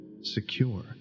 Secure